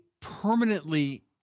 permanently